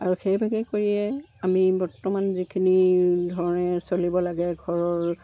আৰু সেইভাগে কৰিয়ে আমি বৰ্তমান যিখিনি ধৰণে চলিব লাগে ঘৰৰ